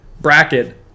bracket